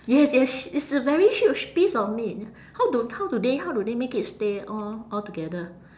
yes yes it's a very huge piece of meat how do how do they how do they make it stay all all together